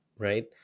right